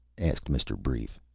asked mr. brief.